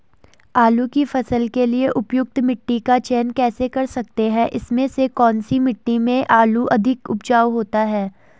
आलू की फसल के लिए उपयुक्त मिट्टी का चयन कैसे कर सकते हैं इसमें से कौन सी मिट्टी में आलू अधिक उपजाऊ होता है?